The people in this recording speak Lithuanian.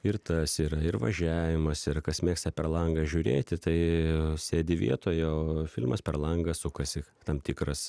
ir tas yra ir važiavimas yra kas mėgsta per langą žiūrėti tai sėdi vietoje o filmas per langą sukasi tam tikras